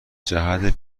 جهت